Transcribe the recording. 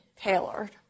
tailored